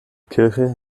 kirche